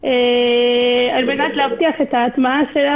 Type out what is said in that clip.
על-מנת להבטיח את הטמעתו.